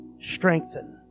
strengthen